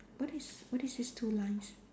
what is what is these two lines